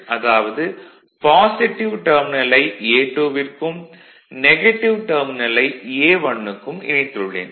அதாவது பாசிட்டிவ் டெர்மினலை A2 விற்கும் நெகட்டிவ் டெர்மினலை A1க்கும் இணைத்துள்ளேன்